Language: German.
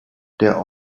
der